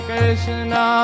Krishna